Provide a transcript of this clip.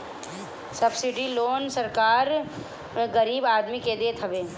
subsidy loan सरकार गरीब आदमी के देत हवे